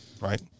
right